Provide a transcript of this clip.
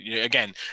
again